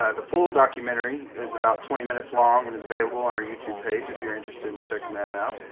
the full documentary is about twenty minutes long and is available on our youtube page if you are interested in checking that out.